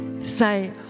say